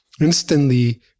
Instantly